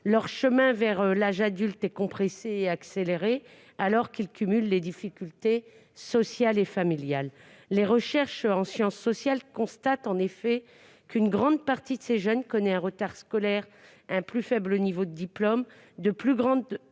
Leur chemin vers l'âge adulte est bousculé et accéléré, alors qu'ils cumulent les difficultés sociales et familiales. Les chercheurs en sciences sociales constatent en effet qu'une grande partie de ces jeunes connaît un retard scolaire, un plus faible niveau de diplôme, de plus grandes